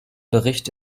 bericht